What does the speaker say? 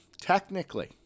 technically